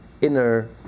inner